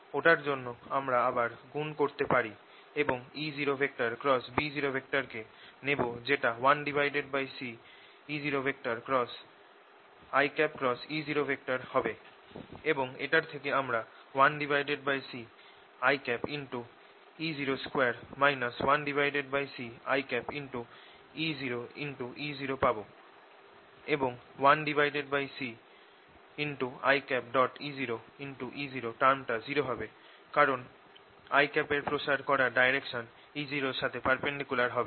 ওটার জন্য আমরা আবার গুণ করতে পারি এবং E0B0 কে আবার নেব যেটা 1CE0× হবে এবং এটার থেকে আমরা 1CiE02 1Ci E0E0 পাবো এবং 1Ci E0E0 টার্ম টা 0 হবে কারণ i এর প্রসার করার ডাইরেকশন E0 র সাথে পারপেন্ডিকুলার হবে